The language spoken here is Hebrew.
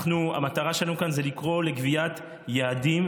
המטרה שלנו כאן זה לקרוא לקביעת יעדים,